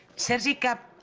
sergi ca,